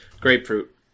Grapefruit